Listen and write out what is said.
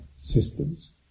systems